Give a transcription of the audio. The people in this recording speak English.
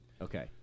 Okay